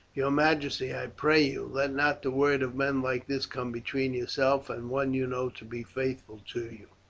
your majesty, i pray you, let not the word of men like this come between yourself and one you know to be faithful to you.